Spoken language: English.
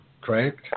correct